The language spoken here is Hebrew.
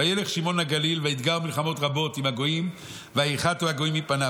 ויצו להם לאמור: עמדו בראש העם הזה ואל תתגרו מלחמה עם הגויים עד שובנו.